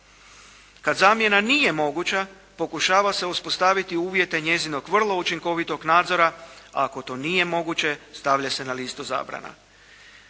Kad zamjena nije moguća pokušava se uspostaviti uvjete njezinog vrlo učinkovitog nadzora a ako to nije moguće stavlja se na listu zabrana.